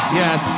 yes